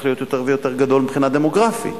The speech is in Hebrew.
ליותר ויותר גדול מבחינה דמוגרפית,